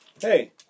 Hey